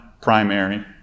primary